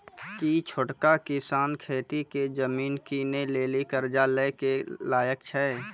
कि छोटका किसान खेती के जमीन किनै लेली कर्जा लै के लायक छै?